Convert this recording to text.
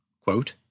Quote